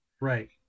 right